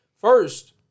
First